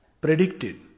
predicted